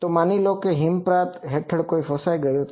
તો માની લો કે કોઈ હિમપ્રપાત હેઠળ કોઈ ફસાયું છે